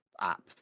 app